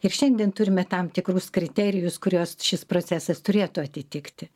ir šiandien turime tam tikrus kriterijus kuriuos šis procesas turėtų atitikti